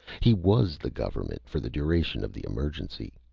he was the government for the duration of the emergency.